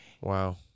Wow